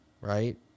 right